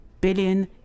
billion